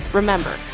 Remember